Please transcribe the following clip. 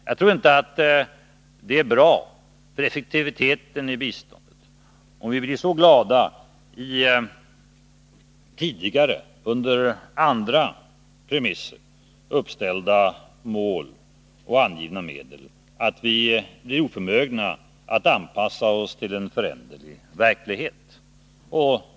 Jag tror inte att det är bra för effektiviteten i biståndet, om vi blir så glada i tidigare och under andra premisser uppställda mål och angivna medel att vi blir oförmögna att anpassa oss till en föränderlig verklighet.